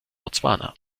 botswana